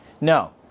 No